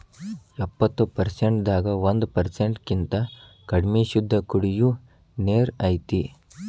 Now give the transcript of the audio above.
ಎಪ್ಪತ್ತು ಪರಸೆಂಟ್ ದಾಗ ಒಂದ ಪರಸೆಂಟ್ ಕಿಂತ ಕಡಮಿ ಶುದ್ದ ಕುಡಿಯು ನೇರ ಐತಿ